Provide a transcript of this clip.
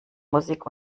musik